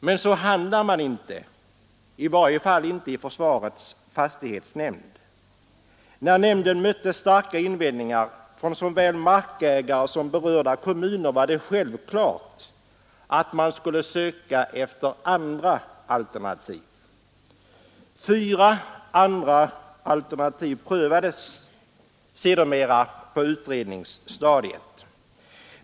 Men så handlar man inte, i varje fall inte i försvarets fastighetsnämnd. När nämnden mötte starka invändningar från såväl markägare som berörda kommuner var det självklart att man skulle söka efter andra alternativ. Fyra andra alternativ prövades sedermera på utredningsstadiet.